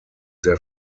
their